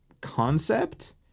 concept